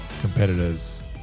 competitors